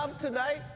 tonight